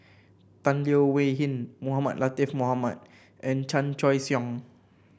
Tan Leo Wee Hin Mohamed Latiff Mohamed and Chan Choy Siong